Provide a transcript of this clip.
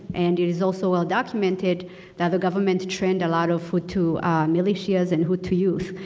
and it is also well documented that the government trained a lot of hutu militias and hutu youth.